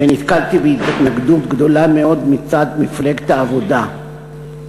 ונתקלתי בהתנגדות גדולה מאוד מצד מפלגת העבודה,